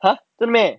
!huh! 是 meh